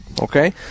okay